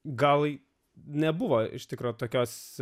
gal nebuvo iš tikro tokios